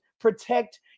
protect